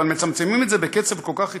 אבל מצמצמים את זה בקצב כל כך איטי,